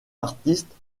artistes